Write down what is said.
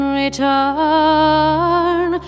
return